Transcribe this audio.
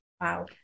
Wow